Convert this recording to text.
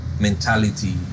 mentality